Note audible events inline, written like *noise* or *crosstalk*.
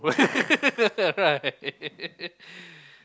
*laughs* right